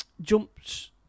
jumps